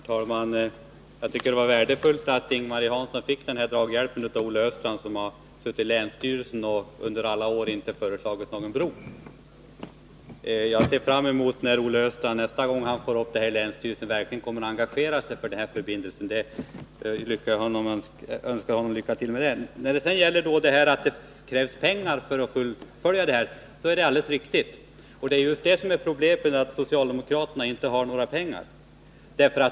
Herr talman! Jag tycker det var värdefullt att Ing-Marie Hansson fick denna draghjälp av Olle Östrand, som suttit i länsstyrelsen och under alla år inte föreslagit någon bro. Jag ser fram emot att Olle Östrand, nästa gång förslaget om en broförbindelse kommer upp i länsstyrelsen, verkligen engagerar sig för det. Jag önskar honom lycka till. Nr 52 Det är alldeles riktigt att det krävs pengar för att fullfölja ett broprojekt. Det är just det som är problemet, att socialdemokraterna inte kan anvisa några pengar.